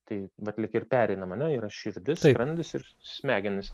tai bet lyg ir pereinam ar ne yra širdis skrandis ir smegenys